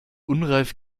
unreif